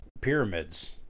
pyramids